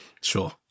Sure